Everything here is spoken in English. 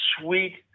sweet